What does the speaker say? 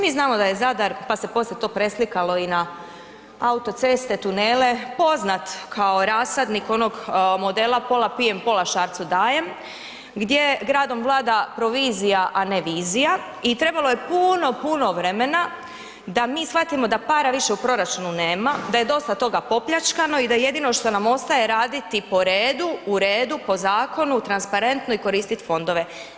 Mi znamo da je Zadar, pa se poslije to preslikalo i na autoceste, tunele, poznat kao rasadnik onog modela, pola pijem, pola Šarcu dajem gdje gradom vlada provizija, a ne vizija i trebalo je puno, puno vremena da mi shvatimo da para više u proračunu nema, da je dosta toga popljačkano i da jedino što nam ostaje raditi po redu, u redu, po zakonu, transparentno i koristiti fondove.